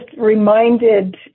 reminded